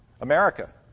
America